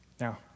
Now